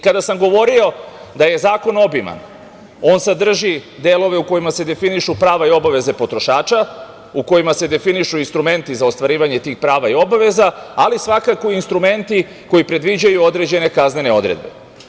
Kada sam govorio da je zakon obiman, on sadrži delove u kojima se definišu prava i obaveze potrošača, u kojima se definišu instrumenti za ostvarivanje tih prava i obaveza, ali svakako i instrumenti koji predviđaju određene kaznene odredbe.